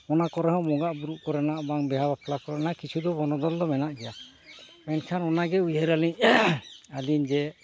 ᱚᱱᱟ ᱠᱚᱨᱮᱦᱚᱸ ᱵᱚᱸᱜᱟᱵᱩᱨᱩ ᱠᱚᱨᱮᱱᱟᱜ ᱵᱟᱝ ᱵᱤᱦᱟᱹᱼᱵᱟᱯᱞᱟ ᱠᱚᱨᱮᱱᱟᱜ ᱠᱤᱪᱷᱩ ᱵᱚᱱᱚᱫᱚᱞ ᱫᱚ ᱢᱮᱱᱟᱜ ᱜᱮᱭᱟ ᱢᱮᱱᱠᱷᱟᱱ ᱚᱱᱟᱜᱮ ᱩᱭᱦᱟᱹᱨ ᱟᱹᱞᱤᱧ ᱟᱹᱞᱤᱧ ᱡᱮ